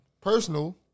Personal